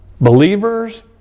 believers